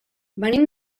venim